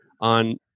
on